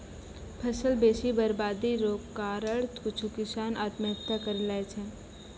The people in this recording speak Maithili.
फसल बेसी बरवादी रो कारण कुछु किसान आत्महत्या करि लैय छै